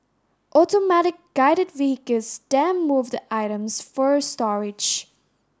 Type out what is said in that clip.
Automatic Guided Vehicles then move the items for storage